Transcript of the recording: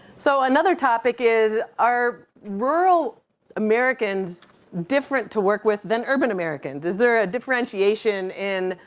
so another topic is are rural americans different to work with than urban americans? is there a differentiation in